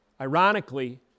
ironically